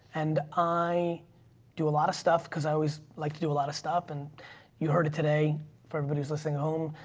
and i do a lot of stuff cause i always like to do a lot of stuff. and you heard it today for everybody's listening home.